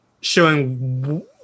showing